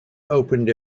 opened